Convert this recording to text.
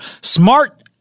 Smart